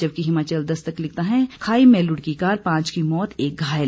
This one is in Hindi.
जबकि हिमाचल दस्तक लिखता है खाई में लुढ़की कार पांच की मौत एक घायल